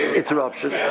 interruption